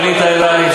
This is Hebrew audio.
פנית אלי,